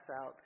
out